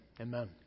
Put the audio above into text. Amen